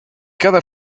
cada